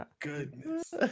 Goodness